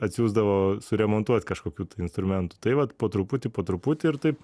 atsiųsdavo suremontuot kažkokių instrumentų tai vat po truputį po truputį ir taip